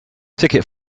ticket